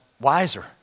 wiser